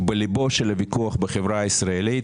בלב הוויכוח בחברה הישראלית.